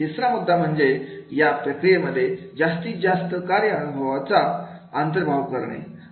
तिसरा मुद्दा म्हणजे या प्रक्रियेमध्ये जास्तीत जास्त कार्य संबंधी अनुभवाचा अंतर्भाव करणे